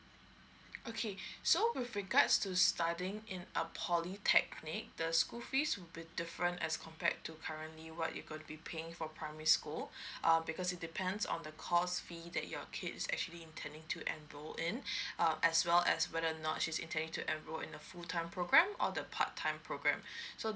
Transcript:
okay so with regards to studying in a polytechnic the school fees would be different as compared to currently what you gonna be paying for primary school err because it depends on the course fee that your kids actually intending to enroll in uh as well as whether not she's intending to enroll in a full time program or the part time program so